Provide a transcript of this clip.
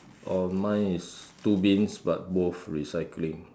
oh mine is two bins but both recycling